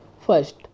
First